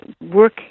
work